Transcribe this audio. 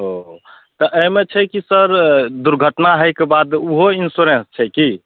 ओ तऽ एहिमे छै कि सर दुर्घटना होइके बाद ओहो इन्श्योरेन्स छै कि